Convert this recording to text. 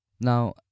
Now